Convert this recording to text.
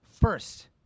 First